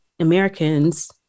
Americans